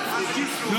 תגיד, אתה